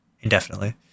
indefinitely